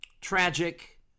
tragic